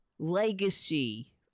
Legacy